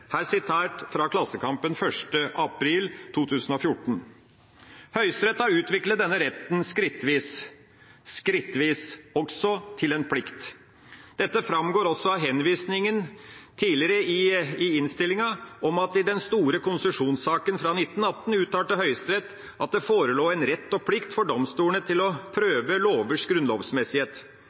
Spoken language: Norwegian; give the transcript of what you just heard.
fra Klassekampen 1. april 2014. Høyesterett har utviklet denne retten skrittvis – skrittvis – også til en plikt. Dette framgår også av henvisningen tidligere i innstillinga om at i den store konsesjonssaken fra 1918 uttalte Høyesterett at det forelå en «rett og plikt» for domstolene til å